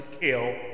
kill